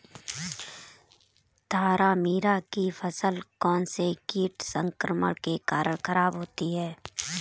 तारामीरा की फसल कौनसे कीट संक्रमण के कारण खराब होती है?